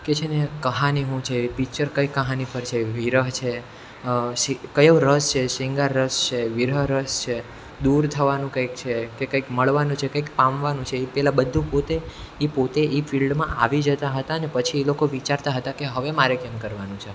કે છે ને કહાની હું છે પિચર કઈ કહાની પર છે વિરહ છે સિંગ કયો રસ છે સિંગાર રસ છે વિરહ રસ છે દૂર થવાનું કંઈક છે કે કંઈક મળવાનું છે કંઈક પામવાનું છે એ પેલા બધું પોતે એ પોતે એ ફિલ્ડમાં આવી જતા હતા અને પછી એ લોકો વિચારતા હતા કે હવે મારે કેમ કરવાનું છે